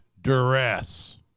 duress